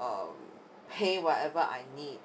um pay whatever I need